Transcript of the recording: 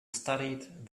studied